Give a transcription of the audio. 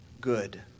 good